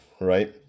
right